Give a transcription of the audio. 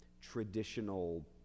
traditional